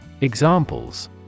Examples